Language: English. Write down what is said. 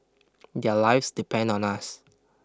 their lives depend on us